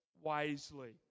wisely